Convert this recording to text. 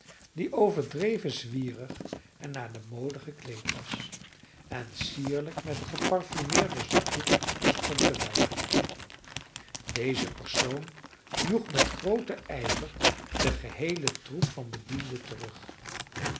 die overdreven zwierig en naar de mode gekleed was en sierlijk met een geparfumeerden zakdoek stond te wuiven deze persoon joeg met grooten ijver den geheelen troep van bedienden terug